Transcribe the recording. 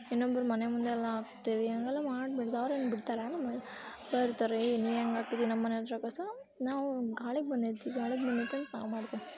ಇನ್ನೊಬ್ರ ಮನೆ ಮುಂದೆ ಎಲ್ಲ ಹಾಕ್ತೀವಿ ಹಂಗೆಲ್ಲ ಮಾಡ್ಬಾರ್ದು ಅವ್ರೇನು ಬಿಡ್ತಾರಾ ಆಮೇಲೆ ಏಯ್ ನೀ ಹಂಗ್ ಹಾಕಿದ್ದಿ ನಮ್ಮ ಮನೆ ಹತ್ರ ಕಸ ನಾವು ಗಾಳಿಗೆ ಬಂದೈತಿ ಗಾಳಿಗೆ ಬಂದೈತಿ ಅಂತ ನಾವು ಮಾಡ್ತೀವಿ